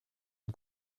une